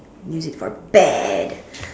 use it for a bad